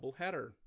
doubleheader